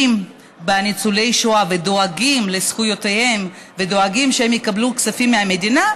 בניצולי שואה ודואגים לזכויותיהם ודואגים שהם יקבלו כספים מהמדינה,